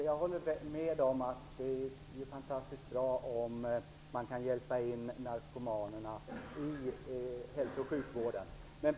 Fru talman! Jag håller med om att det är fantastiskt bra om narkomanerna kan hjälpas in i hälso och sjukvården.